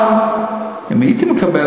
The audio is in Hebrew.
אבל אם הייתי מקבל,